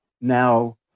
now